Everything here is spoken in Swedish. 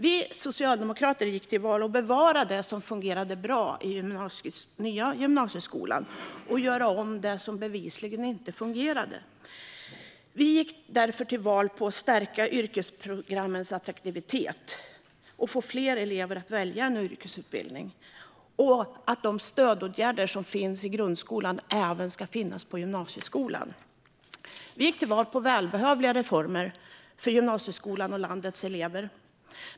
Vi socialdemokrater gick till val på att bevara det som fungerade bra i den nya gymnasieskolan och göra om det som bevisligen inte fungerade. Vi gick därför till val på att stärka yrkesprogrammens attraktivitet och på att få fler elever att välja en yrkesutbildning, liksom att de stödåtgärder som finns i grundskolan skulle finnas även i gymnasieskolan. Vi gick till val på välbehövliga reformer för gymnasieskolan och landets elever.